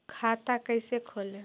खाता कैसे खोले?